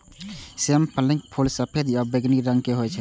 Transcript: सेम फलीक फूल सफेद या बैंगनी रंगक होइ छै